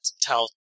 tell